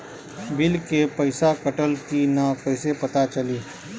Bill के पइसा कटल कि न कइसे पता चलि?